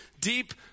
deep